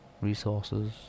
resources